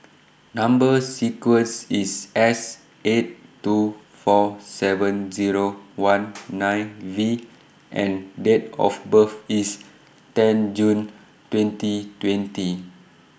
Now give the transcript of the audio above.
Number sequence IS S eight two four seven Zero one nine V and Date of birth IS ten June twenty twenty